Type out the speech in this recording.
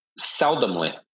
Seldomly